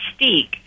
mystique